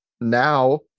now